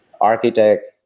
architects